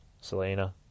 Selena